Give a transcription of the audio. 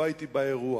לא הייתי באירוע,